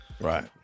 right